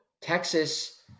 Texas